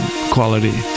quality